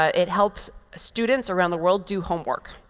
ah it helps students around the world do homework.